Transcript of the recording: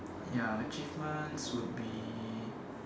ya achievements would be